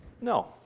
No